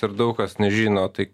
ir daug kas nežino tai